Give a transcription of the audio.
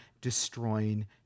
destroying